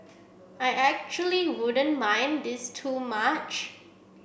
I actually wouldn't mind this too much